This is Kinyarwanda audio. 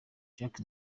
jack